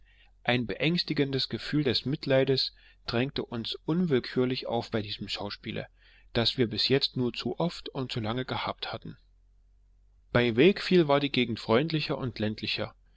ein beängstigendes gefühl des mitleids drängte sich uns unwillkürlich auf bei diesem schauspiele das wir bis jetzt nur zu oft und zu lange gehabt hatten bei wakefield war die gegend freundlicher und ländlicher